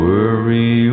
Worry